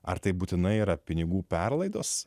ar tai būtinai yra pinigų perlaidos